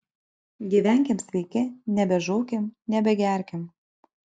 gyvenkim sveiki nebežūkim nebegerkim